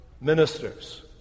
ministers